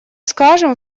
скажем